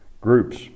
groups